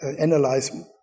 analyze